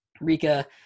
Rika